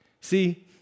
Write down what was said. See